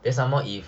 then some more